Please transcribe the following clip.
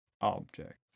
objects